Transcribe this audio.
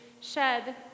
shed